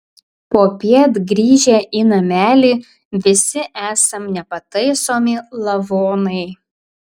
popiet grįžę į namelį visi esam nepataisomi lavonai